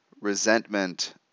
resentment